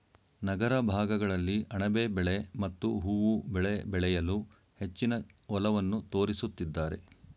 ನಗರ ಭಾಗಗಳಲ್ಲಿ ಅಣಬೆ ಬೆಳೆ ಮತ್ತು ಹೂವು ಬೆಳೆ ಬೆಳೆಯಲು ಹೆಚ್ಚಿನ ಒಲವನ್ನು ತೋರಿಸುತ್ತಿದ್ದಾರೆ